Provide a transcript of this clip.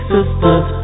Sisters